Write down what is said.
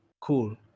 cool